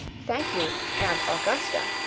thank you, aunt augusta.